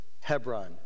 Hebron